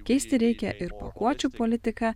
keisti reikia ir pakuočių politiką